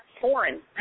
foreign